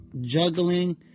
juggling